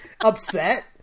upset